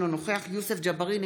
אינו נוכח יוסף ג'בארין,